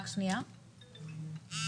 אם